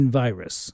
virus